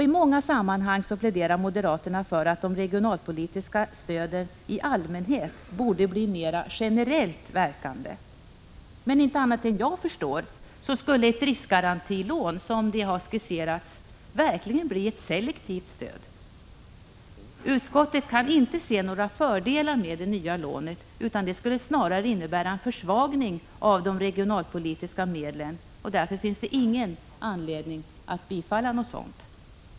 I många sammanhang pläderar moderaterna för att de regionalpolitiska stöden i allmänhet borde bli mera generellt verkande, men såvitt jag förstår skulle ett riskgarantilån, som det skisserats, verkligen bli ett selektivt stöd. Utskottet kan inte se några fördelar med det nya lånet, utan det skulle snarare innebära en försvagning av de regionalpolitiska medlen, och det finns ingen anledning att bifalla något sådant.